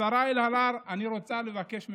השרה אלהרר, אני רוצָה לבקש ממך,